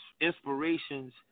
inspirations